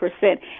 percent